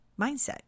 mindset